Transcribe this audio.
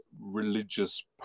religious